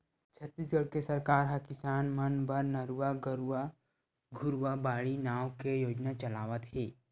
छत्तीसगढ़ के सरकार ह किसान मन बर नरूवा, गरूवा, घुरूवा, बाड़ी नांव के योजना चलावत हे